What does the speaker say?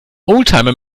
oldtimer